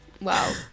wow